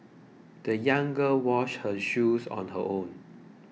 the young girl washed her shoes on her own